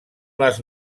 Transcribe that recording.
les